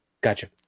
Gotcha